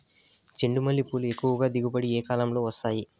చెండుమల్లి పూలు ఎక్కువగా దిగుబడి ఏ కాలంలో వస్తాయి